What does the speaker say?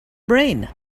brain